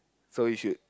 so we should